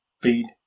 feed